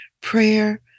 prayer